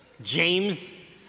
James